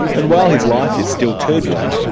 and while his life is still turbulent,